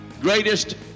Greatest